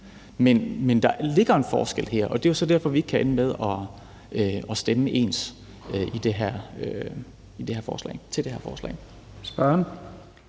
Men der ligger en forskel her, og det er jo så derfor, at vi ikke kan ende med at stemme ens til det her forslag.